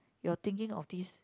your thinking of this